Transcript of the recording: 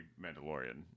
Mandalorian